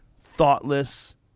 thoughtless